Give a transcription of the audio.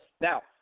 Now